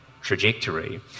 trajectory